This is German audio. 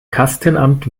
kastenamt